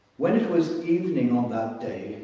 when it was evening on that day,